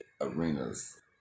arenas